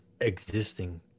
existing